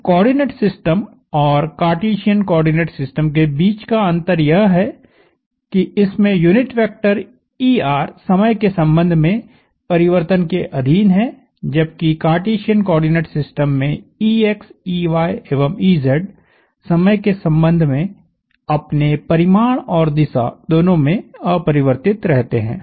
इस coordinate system और Cartesian coordinate system के बीच का अंतर यह है कि इसमें यूनिट वेक्टर er समय के संबंध में परिवर्तन के अधीन है जबकि कार्टेसियन कोआर्डिनेट सिस्टम में ex ey एवं ey समय के संबंध में अपने परिमाण और दिशा दोनों में अपरिवर्तित रहते हैं